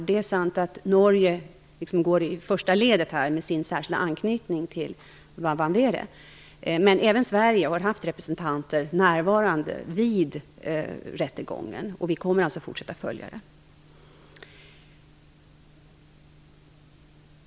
Det är sant att Norge går i första ledet här med sin särskilda anknytning till Wa Wamwere. Men även Sverige har haft representanter närvarande vid rättegången, och vi kommer att fortsätta att följa den.